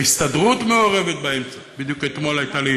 ההסתדרות מעורבת באמצע, בדיוק אתמול הייתה לי